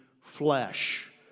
flesh